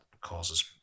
causes